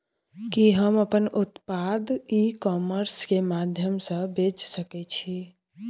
कि हम अपन उत्पाद ई कॉमर्स के माध्यम से बेच सकै छी?